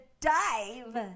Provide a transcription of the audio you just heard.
dive